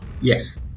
yes